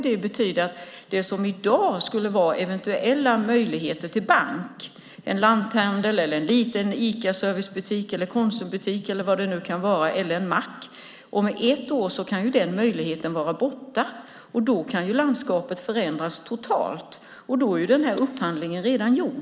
Det betyder att det som i dag skulle vara en eventuell möjlighet till bank - en lanthandel, en liten Icaservicebutik, en Konsumbutik eller en mack - om ett år kan vara borta och därmed förändras också landskapet totalt. Men då är upphandlingen redan gjord.